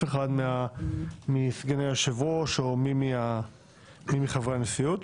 אחד מסגני היושב-ראש או מי מחברי הנשיאות.